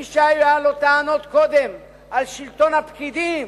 מי שהיו לו קודם טענות על שלטון הפקידים,